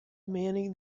manning